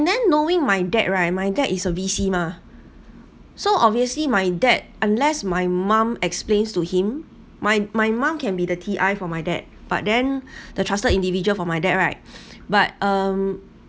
and then knowing my dad right my dad is a V_C mah so obviously my dad unless my mum explain to him my my mum can be the T_I for my dad but then the trusted individuals for my dad right but um